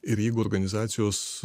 ir jeigu organizacijos